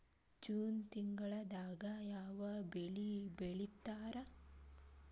June ತಿಂಗಳದಾಗ ಯಾವ ಬೆಳಿ ಬಿತ್ತತಾರ?